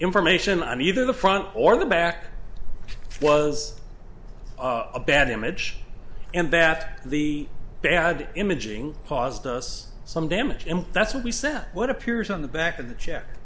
information on either the front or the back it was a bad image and that the bad imaging paused us some damage him that's what we said what appears on the back of the check